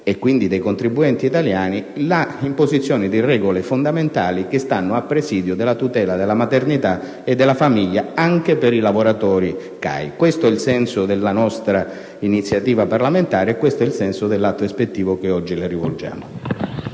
(e quindi dei contribuenti italiani), l'imposizione di regole fondamentali a presidio della tutela della maternità e della famiglia anche per i lavoratori CAI. Questo è il senso della nostra iniziativa parlamentare e dell'atto ispettivo che oggi le rivolgiamo.